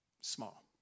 small